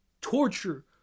torture